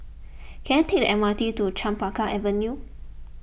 can I take the M R T to Chempaka Avenue